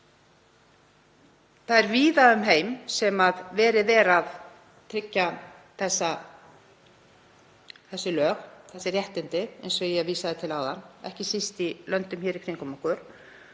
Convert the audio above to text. Víða um heim er verið að tryggja þessi lög, þessi réttindi, eins og ég vísaði til áðan, ekki síst í löndunum í kringum okkur.